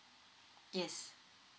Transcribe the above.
yes